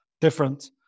different